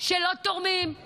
שלא תורמים,